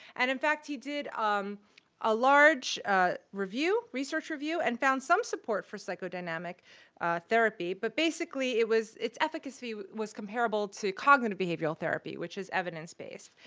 and in fact he did um a large review research review, and found some support for psychodynamic therapy, but basically it was its efficacy was comparable to cognitive behavioral therapy, which is evidence-based.